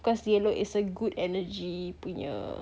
cause yellow is a good energy punya